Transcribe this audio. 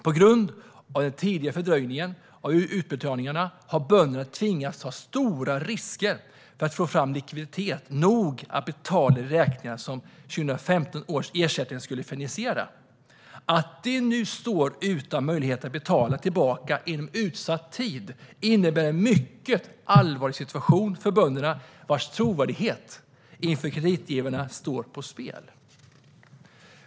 På grund av den tidigare fördröjningen av utbetalningarna har bönderna tvingats ta stora risker för att få fram tillräcklig likviditet så att de kan betala räkningar som 2015 års ersättning skulle finansiera. Att de nu står utan möjlighet att betala tillbaka inom utsatt tid utgör en mycket allvarlig situation för bönderna, vars trovärdighet inför kreditgivarna står på spel.